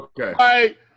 Okay